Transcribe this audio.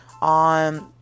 on